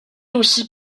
aussi